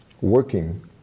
working